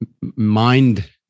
mind